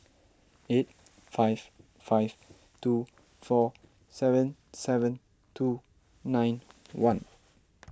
eight five five two four seven seven two nine one